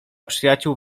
przyjaciół